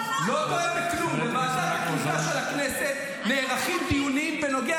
בוועדת הקליטה של הכנסת נערכים דיונים בנוגע